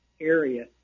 Area